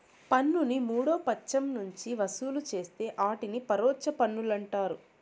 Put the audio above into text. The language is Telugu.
పన్నుని మూడో పచ్చం నుంచి వసూలు చేస్తే ఆటిని పరోచ్ఛ పన్నులంటారు